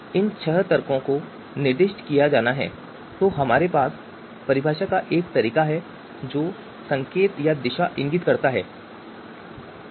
इन छह तर्कों को निर्दिष्ट किया जाना है तो हमारे पास परिभाषा का तरीका है जो संकेत या दिशा को इंगित करता है